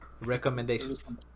Recommendations